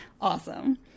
Awesome